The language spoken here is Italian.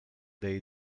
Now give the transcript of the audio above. dei